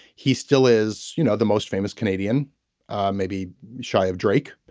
he still is you know the most famous canadian maybe shy of drake.